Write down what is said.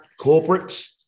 Corporates